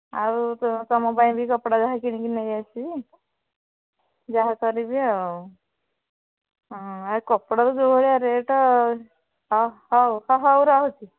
ଆଉ ତୁମ ପାଇଁ ବି କପଡ଼ା ଯାହା କିଣିକି ନେଇ ଆସିବି ଯାହା କରିବି ଆଉ ହଁ ଆଉ କପଡ଼ା ତ ଯେଉଁ ଭଳିଆ ରେଟ ହଁ ହଉ ହଉ ରହୁଛି